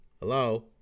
Hello